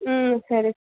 ம் சரி